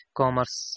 commerce